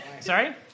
Sorry